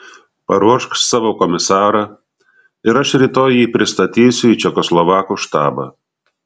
paruošk savo komisarą ir aš rytoj jį pristatysiu į čekoslovakų štabą